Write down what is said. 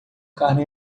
carne